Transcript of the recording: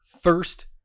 first